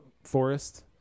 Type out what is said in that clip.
Forest